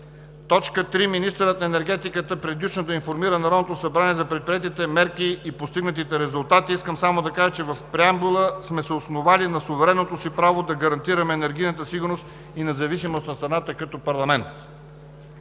3. Министърът на енергетиката периодично да информира Народното събрание за предприетите мерки и постигнатите резултати.“ Искам само да кажа, че в преамбюла сме се основали на суверенното си право да гарантираме енергийната сигурност и независимост на страната като парламент.